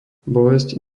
bolesť